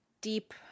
deep